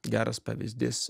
geras pavyzdys